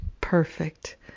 perfect